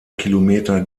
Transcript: kilometer